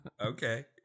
Okay